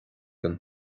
don